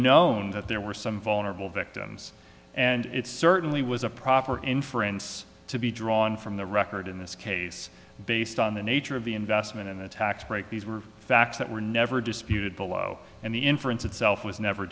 known that there were some vulnerable victims and it certainly was a proper inference to be drawn from the record in this case based on the nature of the investment in a tax break these were facts that were never disputed below and the inference itself was never